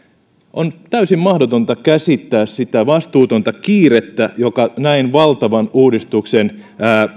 on täysin mahdotonta käsittää sitä vastuutonta kiirettä joka näin valtavan uudistuksen